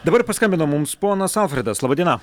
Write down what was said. dabar paskambino mums ponas alfredas laba diena